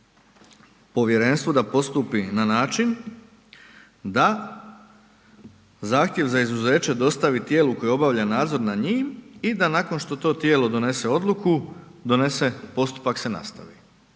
povjerenstvu da postupi na način da zahtjev za izuzeće dostavi tijelu koje obavlja nadzor nad njih i da nakon što to tijelo donese odluku, postupak se nastavi.